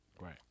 Right